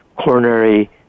coronary